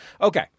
Okay